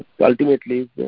ultimately